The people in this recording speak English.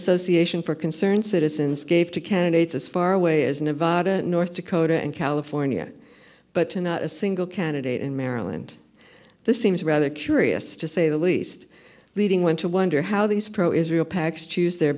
association for concerned citizens gave to candidates as far away as nevada north dakota and california but not a single candidate in maryland this seems rather curious to say the least leading went to wonder how these pro israel packs choose their